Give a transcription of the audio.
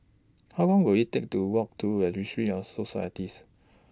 How Long Will IT Take to Walk to Registry of Societies